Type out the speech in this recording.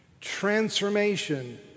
Transformation